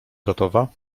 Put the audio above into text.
gotowa